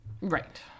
Right